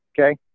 Okay